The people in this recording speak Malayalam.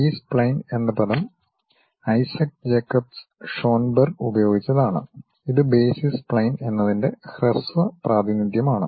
ബി സ്പ്ലൈൻ എന്ന പദം ഐസക് ജേക്കബ് ഷോൻബെർഗ് ഉപയോഗിച്ചതാണ് ഇത് ബേസിസ് സ്പ്ലൈൻ എന്നതിന്റെ ഹ്രസ്വ പ്രാതിനിധ്യമാണ്